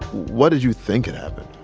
what did you think had happened?